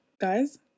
Guys